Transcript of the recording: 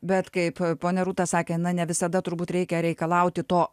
bet kaip ponia rūta sakė na ne visada turbūt reikia reikalauti to